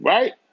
Right